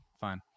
fine